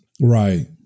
Right